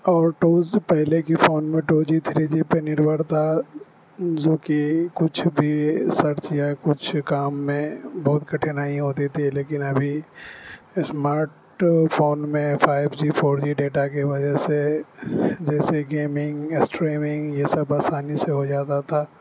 اور ٹوز پہلے کی فون میں ٹو جی تھری جی پہ نربھر تھا جوکہ کچھ بھی سرچ یا کچھ کام میں بہت کٹھنائی ہوتی تھی لیکن ابھی اسمارٹ فون میں five G four G data کی وجہ سے جیسے گیمنگ اسٹریمنگ یہ سب آسانی سے ہو جاتا تھا